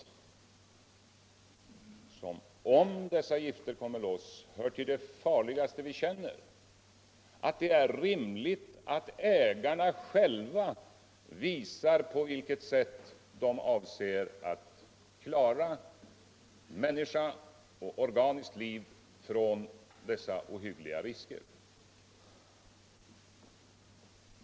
som kan medföra att sådana gilter kommer loss som hör tull de farligaste vi känner, själva får visa på vilket sätt de avser att klära människan och organiskt liv från dessa ohyggliga risker?